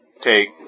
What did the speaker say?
Take